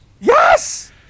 Yes